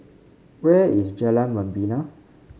where is Jalan Membina